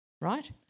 right